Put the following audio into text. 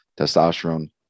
testosterone